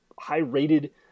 high-rated